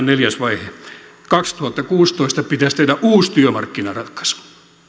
neljäs vaihe kaksituhattakuusitoista pitäisi tehdä uusi työmarkkinaratkaisu